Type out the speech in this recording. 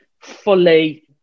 fully